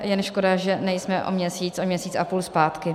Jen škoda, že nejsme o měsíc, o měsíc a půl zpátky.